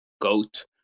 goat